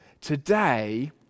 Today